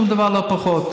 שום דבר לא פחות.